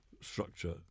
structure